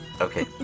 Okay